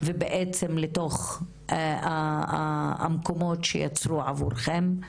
בעצם לתוך המקומות שיצרו עבורכם,